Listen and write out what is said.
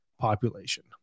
population